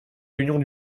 réunions